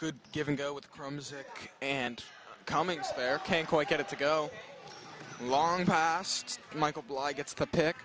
good giving go with crumbs and coming spare can't quite get it to go long past michael bligh gets to pick